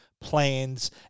plans